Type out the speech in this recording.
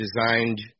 designed